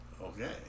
Okay